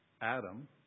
Adam